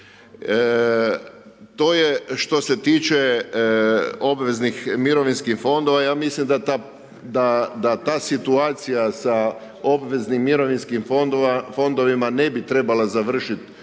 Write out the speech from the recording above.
To je što se tiče obveznih mirovinskih fondova, ja mislim da ta, da ta situacija sam obveznim mirovinskim fondovima, ne bi trebala završit ove